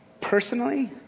Personally